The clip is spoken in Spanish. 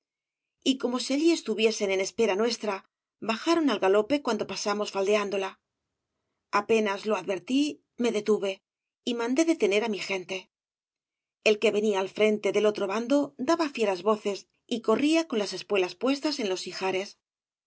y como si allí estuviesen en espera nuestra bajaron al galope cuando pasamos faldeándola apenas lo advertí me detuve y mandé detener á mi gente el que venía al frente del otro bando daba fieras voces y corría con las espuelas puestas en los ijares